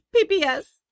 PPS